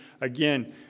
Again